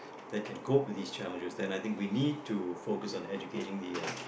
that can cope with these challenges then I think we need to focus on educating the um